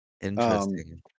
Interesting